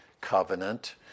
covenant